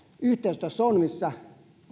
yhteistyössä on missä